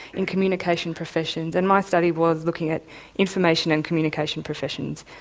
in communication professions, and my study was looking at information and communication professions,